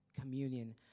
Communion